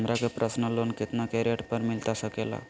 हमरा के personal loan कितना के रेट पर मिलता सके ला?